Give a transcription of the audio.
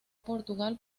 portugal